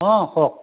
অঁ কওক